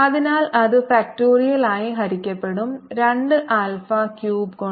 അതിനാൽ അത് 2 ഫാക്റ്റോറിയലായി ഹരിക്കപ്പെടും 2 ആൽഫ ക്യൂബ് കൊണ്ട്